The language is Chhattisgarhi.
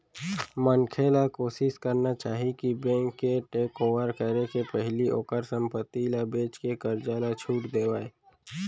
मनखे ल कोसिस करना चाही कि बेंक के टेकओवर करे के पहिली ओहर संपत्ति ल बेचके करजा ल छुट देवय